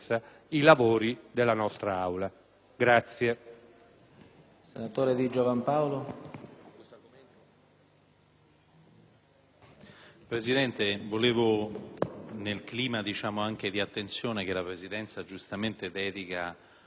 Presidente, nel clima di attenzione che la Presidenza giustamente dedica a fare memoria nel nostro Paese, volevo ricordare a tutti